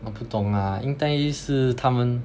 我不懂 lah 应该是他们